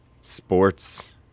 sports